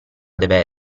deve